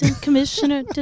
Commissioner